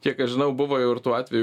kiek aš žinau buvo jau ir tų atvejų